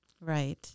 Right